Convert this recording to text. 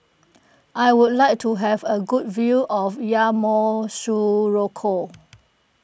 I would like to have a good view of Yamoussoukro